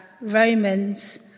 Romans